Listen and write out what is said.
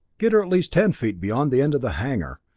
get her at least ten feet beyond the end of the hangar.